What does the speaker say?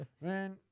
Man